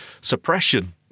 suppression